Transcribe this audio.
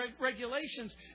regulations